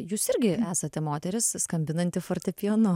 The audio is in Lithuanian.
jūs irgi esate moteris skambinanti fortepijonu